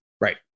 Right